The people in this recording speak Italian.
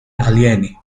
alieni